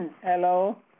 Hello